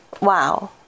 Wow